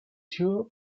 europe